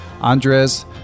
Andres